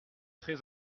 très